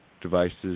devices